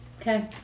Okay